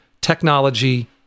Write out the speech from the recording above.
technology